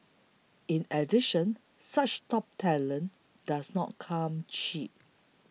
in addition such top talent does not come cheap